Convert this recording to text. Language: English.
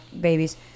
babies